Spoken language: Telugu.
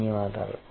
ధన్యవాదాలు